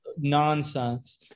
nonsense